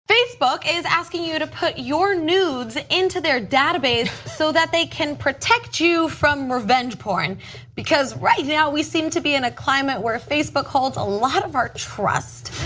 facebook is asking you to put your nudes into their database so that they can protect you from revenge porn because right now we seem to be in a climate where facebook holds a lot of our trust.